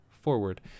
forward